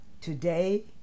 today